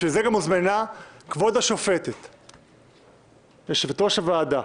הוזמנה כבוד השופטת פרוקצ'יה, יושבת-ראש הוועדה